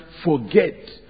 forget